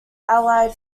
allied